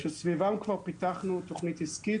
שסביבם כבר פיתחנו תוכנית עסקית,